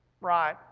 Right